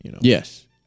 Yes